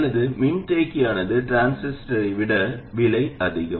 அல்லது மின்தேக்கியானது டிரான்சிஸ்டரை விட விலை அதிகம்